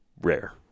rare